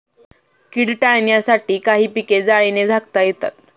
कीड टाळण्यासाठी काही पिके जाळीने झाकता येतात